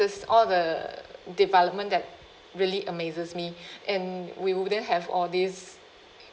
is all the development that really amazes me and we wouldn't have all these